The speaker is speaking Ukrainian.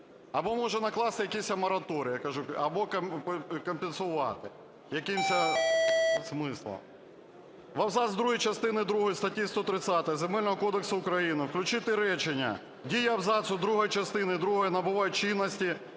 Або, може, накласти мораторій або компенсувати якимось смислом. В абзац 2 частини другої статті 130 Земельного кодексу України включити речення: "Дія абзацу другого частини другої набуває чинності